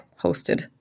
hosted